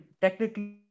technically